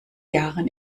jahren